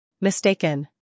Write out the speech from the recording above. Mistaken